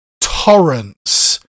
torrents